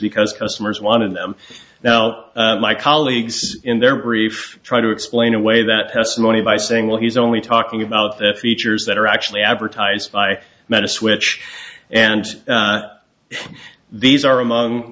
because customers wanted them now my colleagues in their brief try to explain away that testimony by saying well he's only talking about features that are actually advertised i met a switch and these are among